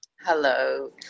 Hello